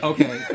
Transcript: Okay